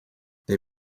they